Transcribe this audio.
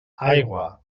aigua